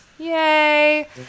Yay